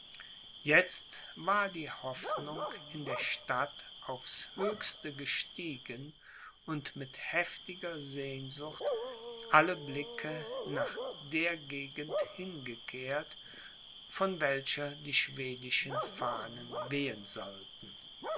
jetzt war die hoffnung in der stadt aufs höchste gestiegen und mit heftiger sehnsucht alle blicke nach der gegend hingekehrt von welcher die schwedischen fahnen wehen sollten